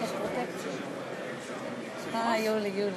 מירי רגב,